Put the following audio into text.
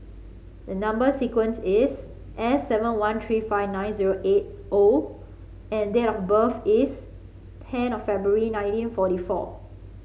the number sequence is S seven one three five nine zero eight O and date of birth is ten of February nineteen forty four